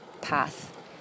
path